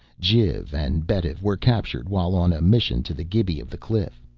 jiv and betv were captured while on a mission to the gibi of the cliff.